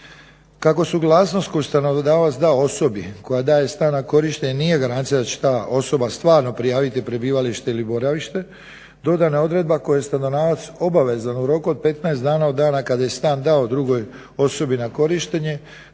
Kako suglasnost koju stanodavac da osobi koja daje stan na korištenje nije garancija da će ta osoba stvarno prijaviti prebivalište ili boravište dodana je odredba kojoj je stanodavac obavezan u roku od 15 dana od dana kada je stan dao drugoj osobi na korištenje,